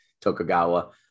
Tokugawa